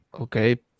Okay